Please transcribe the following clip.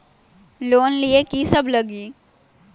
Loan लिए की सब लगी?